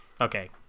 Okay